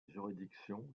juridiction